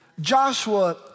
Joshua